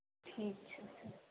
ठीक छै